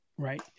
Right